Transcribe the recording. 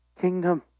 kingdom